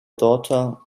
daughter